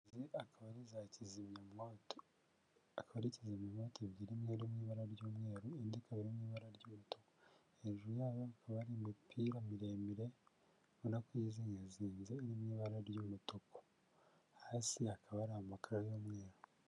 Akaba ari za kizimyamowoto. Akaba ari kizimyamwoto ebyiri, imweru mu ibara ry'umweru indi ikaba mo ibara ry'umutuku. Hejuru yayo Hakaba ari imipira miremire ubona ko yizingazinze iri mu ibara ry'umutuku. Hasi hakaba hari amakara y'umweru.